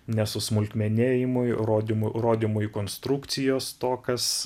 nesusmulkmenėjimui rodym rodymui konstrukcijos to kas